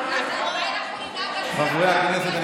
חברי הכנסת,